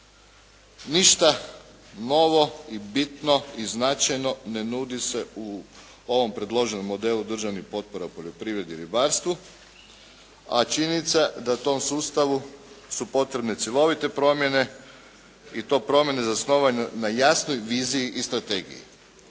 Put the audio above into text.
ništa novo i bitno i značajno ne nudi se u ovom predloženom modelu državnih potpora poljoprivredi i ribarstvu, a činjenica je da tom sustavu su potrebne cjelovite promjene i to promjene zasnovane na jasnoj viziji i strategiji.